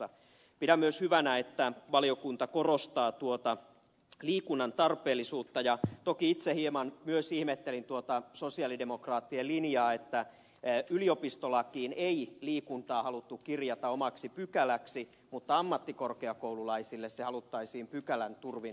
pidän myös hyvänä että valiokunta korostaa liikunnan tarpeellisuutta ja toki itse hieman myös ihmettelin tuota sosialidemokraattien linjaa että yliopistolakiin ei liikuntaa haluttu kirjata omaksi pykäläksi mutta ammattikorkeakoululaisille se haluttaisiin pykälän turvin taata